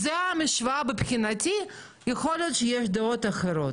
זו המשוואה מבחינתי, יכול להיות שיש דעות אחרות.